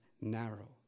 narrow